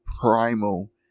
primal